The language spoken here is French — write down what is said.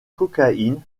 cocaïne